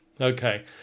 Okay